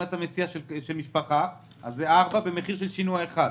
אם אתה מסיע בדיקות של משפחה אז זה ארבעה בשינוע אחד,